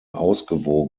ausgewogen